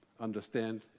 understand